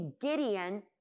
Gideon